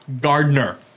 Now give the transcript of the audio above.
Gardner